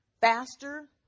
faster